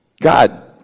God